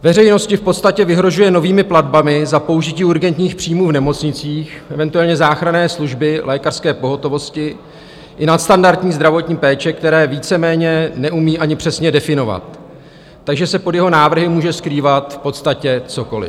Veřejnosti v podstatě vyhrožuje novými platbami za použití urgentních příjmů v nemocnicích, eventuálně záchranné služby lékařské pohotovosti i nadstandardní zdravotní péče, které víceméně neumí ani přesně definovat, takže se pod jeho návrhy může skrývat v podstatě cokoli.